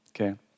okay